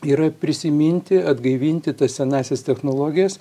yra prisiminti atgaivinti tas senąsias technologijas